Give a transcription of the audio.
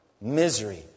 misery